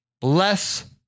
Bless